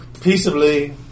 Peaceably